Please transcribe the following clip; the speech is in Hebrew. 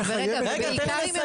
רגע, תן לי לסיים.